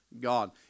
God